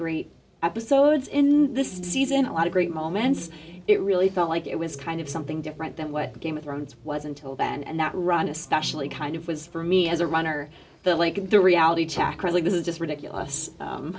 great episodes in this season a lot of great moments it really felt like it was kind of something different than what a game of thrones was until then and that run especially kind of was for me as a runner that like the reality check really was just ridiculous